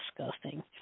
disgusting